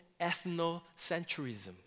ethnocentrism